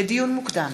לדיון מוקדם,